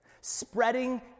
spreading